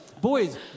Boys